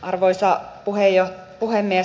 arvoisa puhemies